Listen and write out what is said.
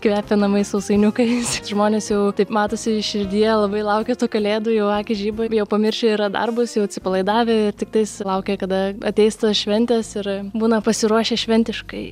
kvepia namai sausainiukais žmonės jau taip matosi širdyje labai laukia tų kalėdų jau akys žiba ir jau pamiršę yra darbus jau atsipalaidavę tiktais laukia kada ateis tos šventės ir būna pasiruošę šventiškai